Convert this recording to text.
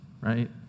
right